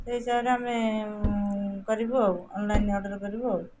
ସେଇ ହିସାବରେ ଆମେ କରିବୁ ଆଉ ଅନଲାଇନ୍ ଅର୍ଡ଼ର କରିବୁ ଆଉ